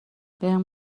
بهم